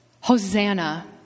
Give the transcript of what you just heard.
Hosanna